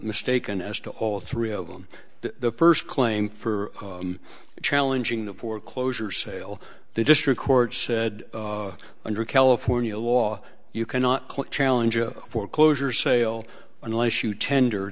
mistaken as to all three of them the first claim for challenging the foreclosure sale the district court said under california law you cannot quote challenge a foreclosure sale unless you tender